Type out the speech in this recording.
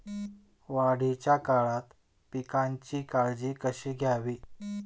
वाढीच्या काळात पिकांची काळजी कशी घ्यावी?